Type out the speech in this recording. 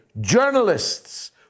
journalists